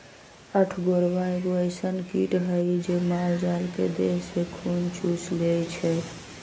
अठगोरबा एगो अइसन किट हइ जे माल जाल के देह से खुन चुस लेइ छइ